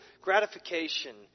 gratification